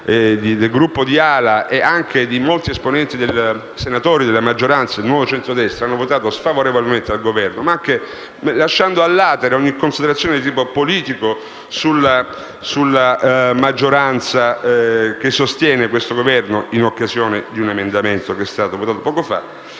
del Gruppo di AL-A e anche di molti senatori della maggioranza del Nuovo Centrodestra sono stati sfavorevoli al Governo e lasciando *a latere* ogni considerazione di tipo politico sulla maggioranza che sostiene questo Governo in occasione dell'emendamento che è stato votato poco fa,